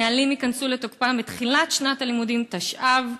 הנהלים ייכנסו לתוקפם בתחילת שנת הלימודים תשע"ו.